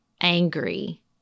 angry